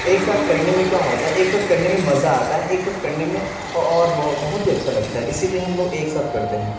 ایک ساتھ کرنے میں کیا ہوتا ہے ایک ساتھ کرنے میں مزہ آتا ہے ایک ساتھ کرنے میں اور بہت ہی اچھا لگتا ہے اسی لیے ہم لوگ ایک ساتھ کرتے ہیں